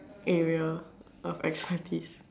area of expertise